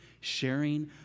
sharing